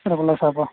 തിരക്കുള്ള ഷാപ്പാണ്